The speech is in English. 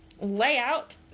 layout